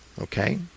Okay